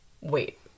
wait